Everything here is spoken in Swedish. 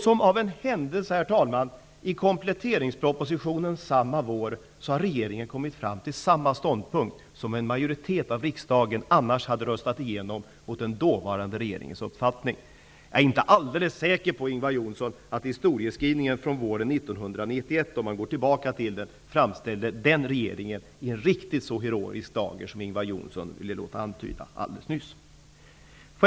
Som av en händelse kom regeringen i kompletteringspropositionen samma vår fram till den ståndpunkt som en majoritet av riksdagen annars hade röstat igenom mot den dåvarande regeringens uppfattning. Jag är inte alldeles säker på att historieskrivningen från våren 1991 framställde den regeringen i en riktigt så heroisk dager som Ingvar Johnsson nyss antydde.